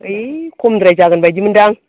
है खमद्राय जागोन बायदि मोन्दां